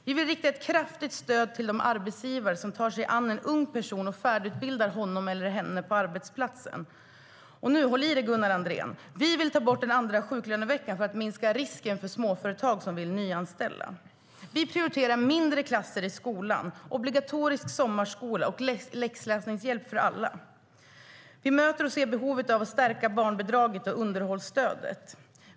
Vi vill rikta ett kraftigt stöd till de arbetsgivare som tar sig an en ung person och färdigutbildar honom eller henne på arbetsplatsen. Vi vill också - håll i dig nu, Gunnar Andrén - ta bort den andra sjuklöneveckan för att minsta risken för småföretag som vill nyanställa. Vi prioriterar mindre klasser i skolan, obligatorisk sommarskola och läxläsningshjälp för alla. Vi möter och ser behovet av att stärka barnbidraget och underhållsstödet.